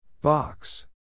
Box